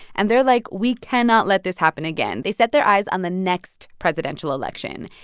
and they're like, we cannot let this happen again. they set their eyes on the next presidential election.